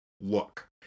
look